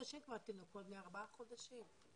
התינוקות כבר בני ארבעה חודשים.